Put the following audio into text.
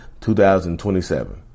2027